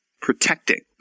protecting